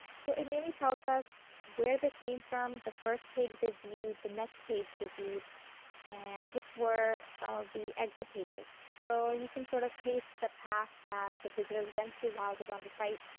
so it mainly tells us where they came from, the first page they viewed, next page they viewed and which were some of the exit pages. so you can sort of trace the path that the visitors went through while they were on the site.